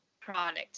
product